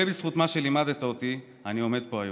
הרבה בזכות מה שלימדת אותי אני עומד פה היום.